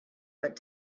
but